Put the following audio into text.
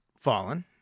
fallen